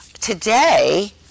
today